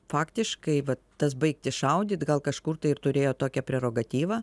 faktiškai va tas baigti šaudyt gal kažkur tai ir turėjo tokią prerogatyvą